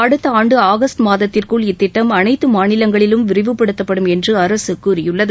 அடுத்த ஆண்டு ஆகஸ்ட் மாதத்திற்குள் இத்திட்டம் அனைத்து மாநிலங்களிலும் விரிவுபடுத்தப்படும் என்று அரசு கூறியுள்ளது